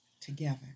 together